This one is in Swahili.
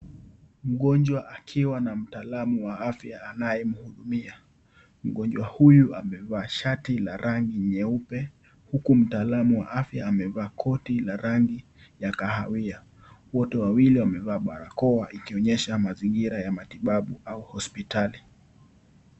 Mgonjwa akiwa na mtaalam wa afya anayemhudumia. Mgonjwa huyu, amevaa shati la rangi nyeupe, huku mtaalam amevaa koti la rangi ya kahawia. Wote wawili wamevaa barakoa. Ikionyesha mazingira ya matibabu au hospitali.